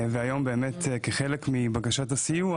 היום כחלק מבקשת הסיוע